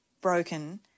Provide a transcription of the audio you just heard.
broken